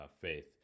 faith